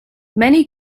many